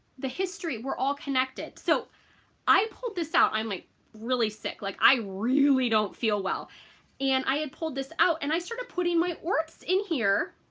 the history. we're all connected. so i pulled this out, i'm like really sick like i really don't feel well and i had pulled this out, and i started putting my orts in here,